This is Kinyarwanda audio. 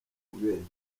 ukubeshya